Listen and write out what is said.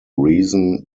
reason